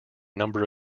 number